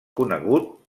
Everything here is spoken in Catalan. conegut